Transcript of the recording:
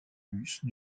russe